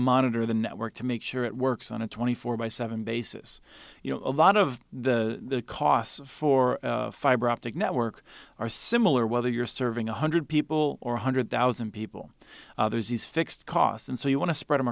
monitor the network to make sure it works on a twenty four by seven basis you know a lot of the costs for fiber optic network are similar whether you're serving one hundred people or one hundred thousand people there's the fixed cost and so you want to spread